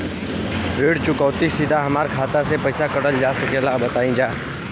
ऋण चुकौती सीधा हमार खाता से पैसा कटल जा सकेला का बताई जा?